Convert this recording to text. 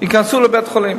צריך לבטל בוודאות סעיף אחד.